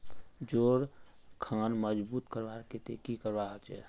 जोड़ खान मजबूत करवार केते की करवा होचए?